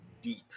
deep